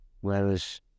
whereas